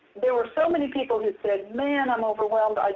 there were so many people who said, man, i'm overwhelmed.